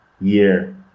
year